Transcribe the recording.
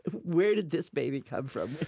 where did this baby come from?